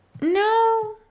No